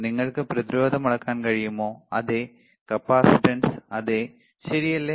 നിങ്ങൾക്ക് പ്രതിരോധം അളക്കാൻ കഴിയുമോ അതെ കപ്പാസിറ്റൻസ് അതെ ശരിയല്ലേ